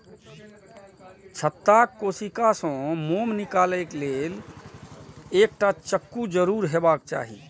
छत्ताक कोशिका सं मोम निकालै लेल एकटा चक्कू जरूर हेबाक चाही